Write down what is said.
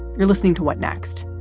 you're listening to what next?